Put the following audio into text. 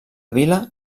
vila